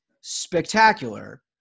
spectacular